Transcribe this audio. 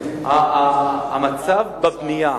המצב בבנייה,